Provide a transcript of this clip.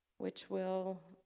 which will